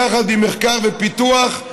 יחד עם מחקר ופיתוח,